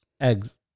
eggs